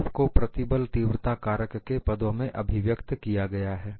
graph को प्रतिबल तीव्रता कारक के पदों में अभिव्यक्त किया गया है